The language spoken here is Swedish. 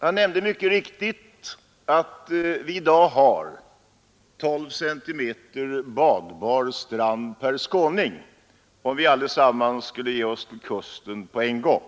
Han nämnde mycket riktigt att vi i dag har 12 cm badbar strand per skåning — om vi allesammans skulle bege oss till kusten på en gång.